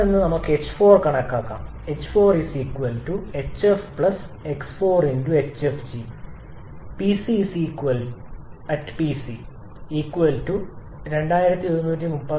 അവിടെ നിന്ന് നമുക്ക് h4 കണക്കാക്കാം 4 ℎ𝑓 | 𝑥4ℎ𝑓𝑔 | 𝑃𝐶 2136